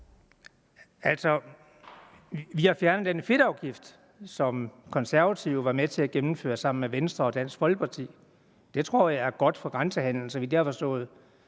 altså fjernet den fedtafgift, som Konservative var med til at gennemføre sammen med Venstre og Dansk Folkeparti. Det tror jeg er godt for det med grænsehandelen, så vidt jeg